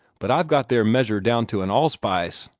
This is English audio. but i've got their measure down to an allspice.